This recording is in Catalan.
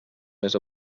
més